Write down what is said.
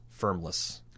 firmless